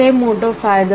તે મોટો ફાયદો છે